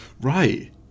Right